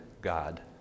God